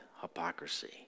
hypocrisy